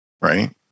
right